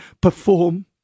perform